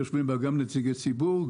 יושבים בה גם נציגי ציבור,